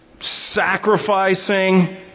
sacrificing